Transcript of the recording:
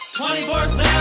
24-7